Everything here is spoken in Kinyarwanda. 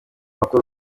bakuru